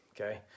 okay